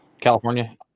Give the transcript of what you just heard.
California